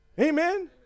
Amen